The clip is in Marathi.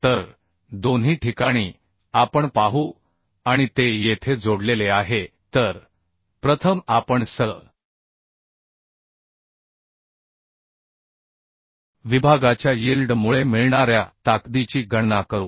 तर दोन्ही ठिकाणी आपण पाहू आणि ते येथे जोडलेले आहे तर प्रथम आपण सकल विभागाच्या यिल्ड मुळे मिळणाऱ्या ताकदीची गणना करू